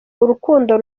urukundo